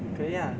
可以啊